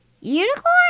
Unicorn